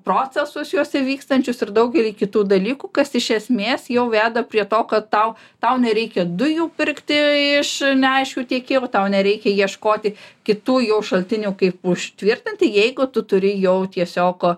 procesus jose vykstančius ir daugelį kitų dalykų kas iš esmės jau veda prie to kad tau tau nereikia dujų pirkti iš neaiškių tiekėjų tau nereikia ieškoti kitų jau šaltinių kaip užtvirtinti jeigu tu turi jau tiesiog